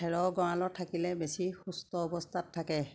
খেৰৰ গঁৰালত থাকিলে বেছি সুস্থ অৱস্থাত থাকে হাঁহৰ